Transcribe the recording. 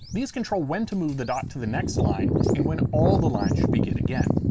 these control when to move the dot to the next line and when all the lines should begin again.